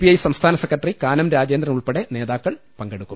I സംസ്ഥാന സെക്രട്ടറി കാനം രാജേന്ദ്രൻ ഉൾപ്പെടെ നേതാക്കൾ പങ്കെടുക്കും